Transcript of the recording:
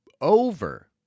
over